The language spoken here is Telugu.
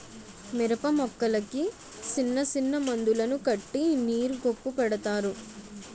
మిరపమొక్కలకి సిన్నసిన్న మందులను కట్టి నీరు గొప్పు పెడతారు